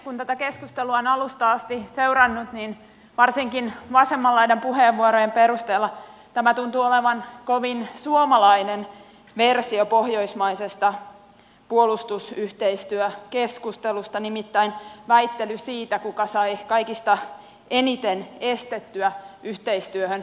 kun tätä keskustelua on alusta asti seurannut niin varsinkin vasemman laidan puheenvuorojen perusteella tämä tuntuu olevan kovin suomalainen versio pohjoismaisesta puolustusyhteistyökeskustelusta nimittäin väittely siitä kuka sai kaikista eniten estettyä yhteistyöhön osallistumista